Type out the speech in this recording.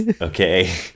okay